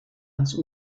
ans